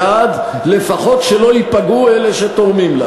בעד לפחות שלא ייפגעו אלה שתורמים לה.